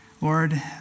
Lord